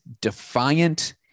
defiant